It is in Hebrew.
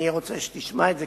אני רוצה שתשמע את זה,